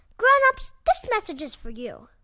grown-ups, this message is for you